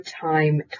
time